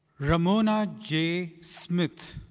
ramona j. smith.